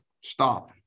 Stop